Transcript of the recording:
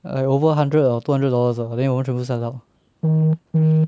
like over hundred or two hundred dollars ah then 我们全部吓到